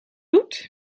doet